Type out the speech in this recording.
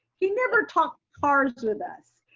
he never talked cars with us.